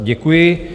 Děkuji.